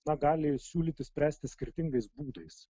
na gali siūlyti spręsti skirtingais būdais